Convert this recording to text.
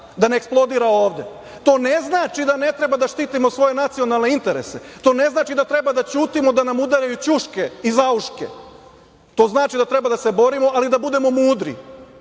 da ne eksplodira ovde. To ne znači da ne treba da štitimo svoje nacionalne interese, to ne znači da treba da ćutimo da nam udaraju ćuške i zauške. To znači da treba da se borimo, ali da budemo mudri